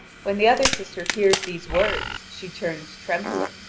when the other sister hears these words, she turns trembling,